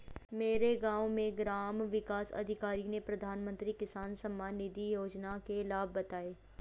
मेरे गांव में ग्राम विकास अधिकारी ने प्रधानमंत्री किसान सम्मान निधि योजना के लाभ बताएं